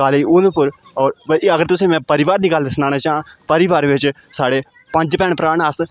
college Udhampur होर अगर तुसें गी में परिवार दी गल्ल सनाने च आं परिवार बिच साढ़े पंज भैन भ्राऽ न अस